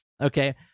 Okay